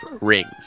rings